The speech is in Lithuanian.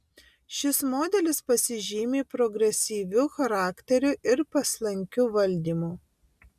šis modelis pasižymi progresyviu charakteriu ir paslankiu valdymu